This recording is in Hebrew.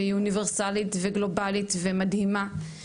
והיא אוניברסלית וגלובלית ומדהימה,